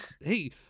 Hey